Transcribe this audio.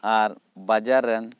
ᱟᱨ ᱵᱟᱡᱟᱨᱮᱱ